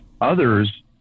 others